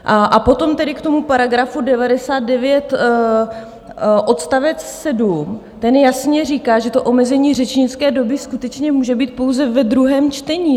A potom tedy k tomu § 99 odst. 7, ten jasně říká, že omezení řečnické doby skutečně může být pouze ve druhém čtení.